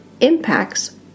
impacts